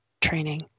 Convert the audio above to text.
training